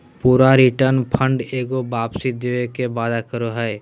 पूरा return fund एगो वापसी देवे के वादा करो हइ